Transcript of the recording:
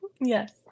Yes